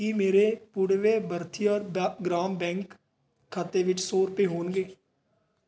ਕੀ ਮੇਰੇ ਪੁਡੁਵੈ ਭਰਥਿਅਰ ਗ੍ਰਾਮ ਬੈਂਕ ਖਾਤੇ ਵਿੱਚ ਸੌ ਰੁਪਏ ਹੋਣਗੇ